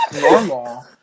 normal